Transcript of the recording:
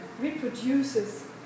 reproduces